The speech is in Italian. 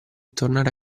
tornare